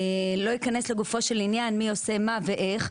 לא אכנס לגופו של עניין מי עושה מה ואיך.